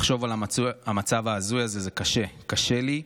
לחשוב על המצב ההזוי הזה זה קשה, קשה לי.